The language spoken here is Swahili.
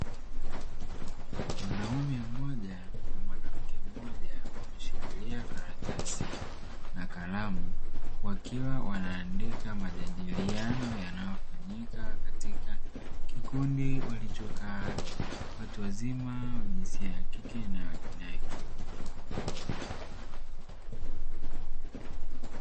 Mwanaume mmoja na mwanamke mmoja wameshikilia karatasi na karamu wakiwa wanaandika majadiliano yanayofanyika katika kikundi walichokaa watu wazima wa jinsia ya kike na ya kiume.